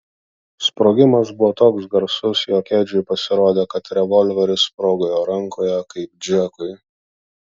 sprogimas buvo toks garsus jog edžiui pasirodė kad revolveris sprogo jo rankoje kaip džekui